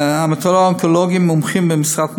המטו-אונקולוגים מומחים במשרות מלאות: